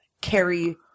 carry